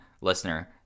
listener